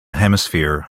hemisphere